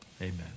amen